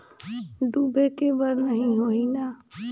डूबे के बर नहीं होही न?